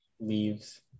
Leaves